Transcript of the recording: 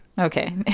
Okay